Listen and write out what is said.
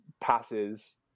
passes